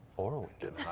or a window.